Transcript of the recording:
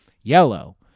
Yellow